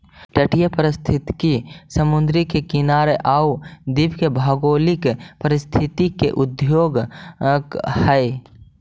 तटीय पारिस्थितिकी समुद्री किनारे आउ द्वीप के भौगोलिक परिस्थिति के द्योतक हइ